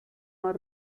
más